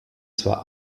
zwar